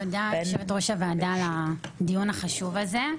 תודה, יושבת-ראש הוועדה על הדיון החשוב הזה.